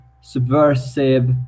subversive